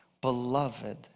beloved